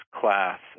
class